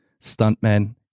stuntmen